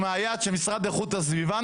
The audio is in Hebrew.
אבל אני מסכים שהשיטה של מרכזים גדולים, רחוקים,